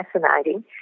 fascinating